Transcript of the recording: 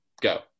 go